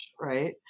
right